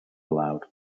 aloud